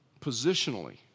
Positionally